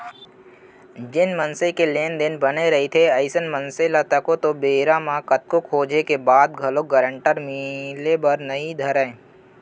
जेन मनसे के लेन देन बने रहिथे अइसन मनसे ल तको तो बेरा म कतको खोजें के बाद घलोक गारंटर मिले बर नइ धरय